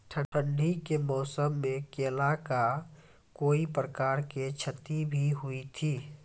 ठंडी के मौसम मे केला का कोई प्रकार के क्षति भी हुई थी?